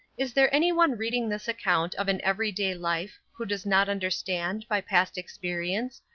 is there anyone reading this account of an every day life who does not understand, by past experience,